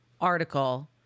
article